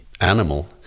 animal